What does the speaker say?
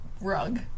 rug